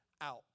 out